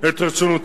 יש חינוך